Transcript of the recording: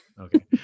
Okay